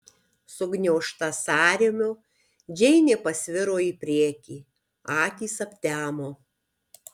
sugniaužta sąrėmio džeinė pasviro į priekį akys aptemo